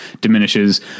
diminishes